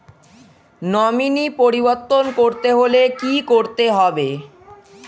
Nominee পরিবর্তন করতে হলে কী করতে হবে?